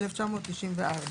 (3)